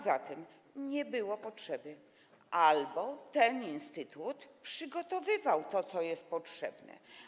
Zatem nie było potrzeby albo ten instytut przygotowywał to, co jest potrzebne.